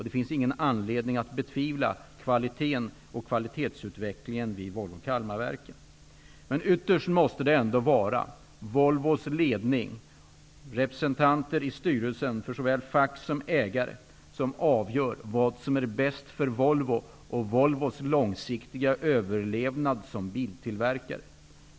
Det finns ingen anledning att betvivla kvaliteten och kvalitetsutvecklingen vid Men ytterst måste det ändå vara Volvos ledning och representanter i styrelsen för såväl fack som ägare som avgör vad som är bäst för Volvo och för Volvos långsiktiga överlevnad som biltillverkare.